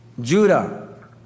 Judah